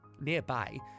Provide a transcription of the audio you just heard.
Nearby